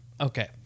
Okay